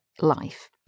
life